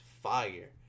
fire